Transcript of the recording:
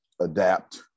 adapt